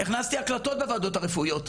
הכנסתי הקלטות בוועדות הרפואיות,